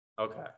Okay